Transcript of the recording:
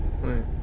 Right